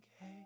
hey